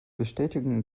bestätigen